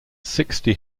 sixty